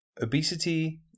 Obesity